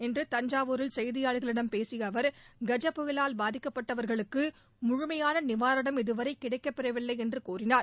இன்று தஞ்சாவூரில் செய்தியாளர்களிடம் பேசிய அவர் கஜ புயலினால் பாதிக்கப்பட்டவர்களுக்கு முழுமையான நிவாரணம் இதுவரை கிடைக்கப்பெறவில்லை என்று கூறினார்